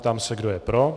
Ptám se, kdo je pro.